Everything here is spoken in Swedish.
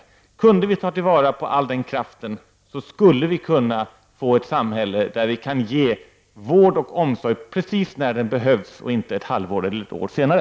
Om vi kunde ta till vara all denna kraft skulle vi kunna få ett samhälle där vi kan ge vård och omsorg precis när den behövs och inte ett halvår eller ett år senare.